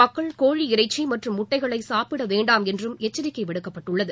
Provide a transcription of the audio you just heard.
மக்கள் கோழி இறைச்சி மற்றும் முட்டைகளை சாப்பிட வேண்டாம் என்றும் எச்சரிக்கை விடுக்கப்பட்டுள்ளது